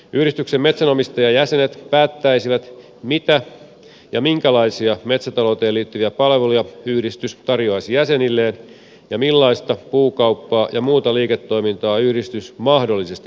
yhdistyksen metsänomistajajäsenet päättäisivät mitä ja minkälaisia metsätalouteen liittyviä palveluja yhdistys tarjoaisi jäsenilleen ja millaista puukauppaa ja muuta liiketoimintaa yhdistys mahdollisesti harjoittaisi